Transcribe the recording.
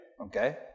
Okay